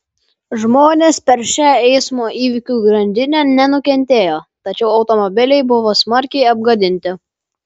žmonės per šią eismo įvykių grandinę nenukentėjo tačiau automobiliai buvo smarkiai apgadinti